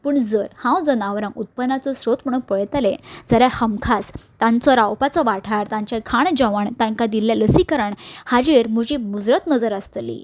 पूण जर हांव जनावरांक उतपनाचो स्त्रोत म्हणून पळयतलें जाल्यार हमखास तांचो रावपाचो वाठार तांचें खाण जेवण तांकां दिल्लें लसीकरण हाजेर म्हजी मुजरत नजर आसतली